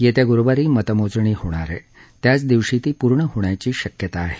येत्या गुरुवारी मतमोजणी होणार असून त्याच दिवशी ती पूर्ण होण्याची शक्यता आहे